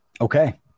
Okay